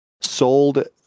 sold